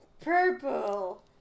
purple